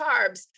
carbs